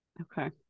Okay